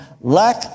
lack